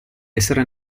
essere